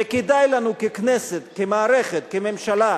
וכדאי לנו, ככנסת, כמערכת, כממשלה,